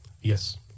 Yes